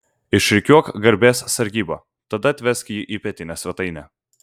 išrikiuok garbės sargybą tada atvesk jį į pietinę svetainę